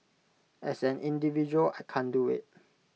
as an individual I can't do IT